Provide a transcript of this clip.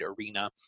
arena